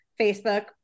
Facebook